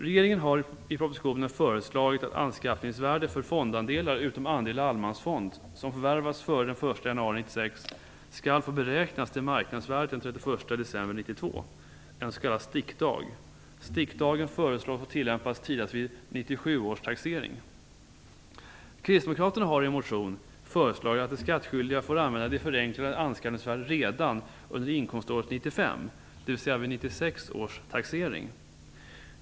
Regeringen har i propositionen föreslagit att anskaffningsvärdet för fondandelar, utom andel i allemansfond, som förvärvats före den 1 januari 1996 skall få beräknas till marknadsvärdet den 31 december 1992, en s.k. stickdag. Stickdagen föreslås få tillämpas tidigast vid 1997 års taxering. Kristdemokraterna har i en motion föreslagit att de skattskyldiga får använda det förenklade anskaffningsvärdet redan under inkomståret 1995, dvs. vid 1996 års taxering.